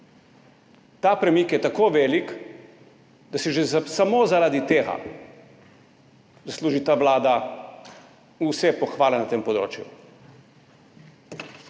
Ta premik je tako velik, da si že samo zaradi tega zasluži ta vlada vse pohvale na tem področju.